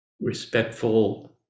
respectful